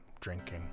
drinking